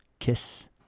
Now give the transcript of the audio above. kiss